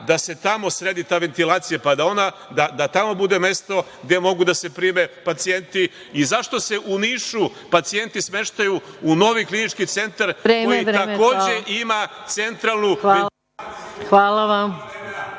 da se tamo sredi ta ventilacija, pa da tamo bude mesto gde mogu da se prime pacijenti? Zašto se u Nišu pacijenti smeštaju u novi klinički centar koji takođe ima centralnu ventilaciju